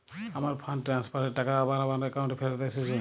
আমার fund transfer এর টাকা আবার আমার একাউন্টে ফেরত এসেছে